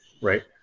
right